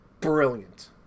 Brilliant